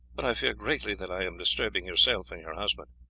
but i fear greatly that i am disturbing yourself and your husband.